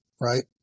right